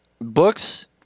books